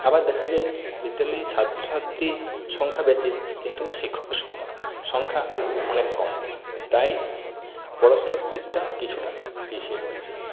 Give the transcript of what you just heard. আবার দেখা যায় বিদ্যালয়ে ছাত্র ছাত্রীর সংখ্যা বেশি কিন্তু শিক্ষকের সংখ্যা সংখ্যা অনেক কম তাই পড়াশোনার দিকটা কিছুটা পিছিয়ে পড়ছে